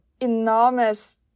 enormous